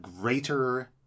greater